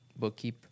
Bookkeep